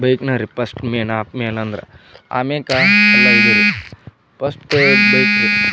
ಬೈಕ್ನೇ ರಿ first main ಆಪ್ main ಅಂದ್ರೆ ಆಮೇಕ್ಕ ಎಲ್ಲ ಇದು ರಿ ಪಸ್ಟು ಬೈಕ್ ಬೇಕು